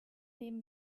nehmen